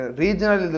regional